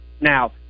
now